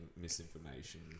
misinformation